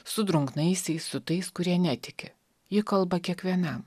su drungnaisiais su tais kurie netiki ji kalba kiekvienam